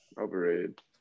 Overrated